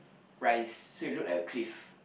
rise so it look like a cliff